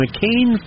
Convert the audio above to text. McCain